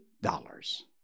dollars